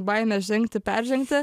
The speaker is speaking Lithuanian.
baime žengti peržengti